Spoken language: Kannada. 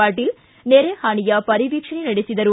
ಪಾಟೀಲ್ ನೆರೆ ಹಾನಿಯ ಪರಿವೀಕ್ಷಣೆ ನಡೆಸಿದರು